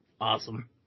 Awesome